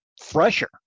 fresher